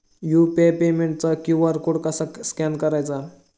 UPI पेमेंटचा QR code कसा scan करायचा?